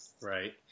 Right